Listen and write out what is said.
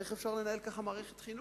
איך אפשר לנהל ככה מערכת חינוך?